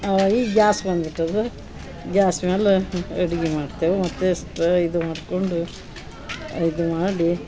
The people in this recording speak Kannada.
ಈಗ ಗ್ಯಾಸ್ ಬಂದ್ಬಿಟ್ಟದ ಗ್ಯಾಸ್ ಮೇಲೆ ಅಡಿಗೆ ಮಾಡ್ತೆವು ಮತ್ತೆಸ್ಟ ಇದು ಮಾಡ್ಕೊಂಡು ಇದು ಮಾಡಿ